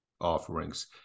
offerings